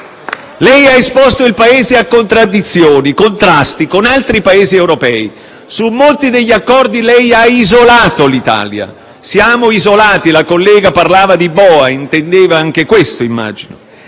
Lei ha esposto il Paese a contraddizioni e contrasti con altri Paesi europei. Su molti degli accordi lei ha isolato l'Italia. Siamo isolati; la collega prima intervenuta parlava di boa e immagino